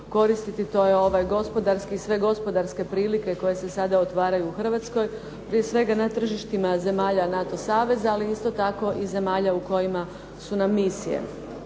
koristiti, to je ovaj gospodarski, sve gospodarske prilike koje sada otvaraju u Hrvatsku, prije svega na tržištima zemalja NATO saveza, ali isto tako i zemalja u kojima su nam misije.